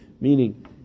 meaning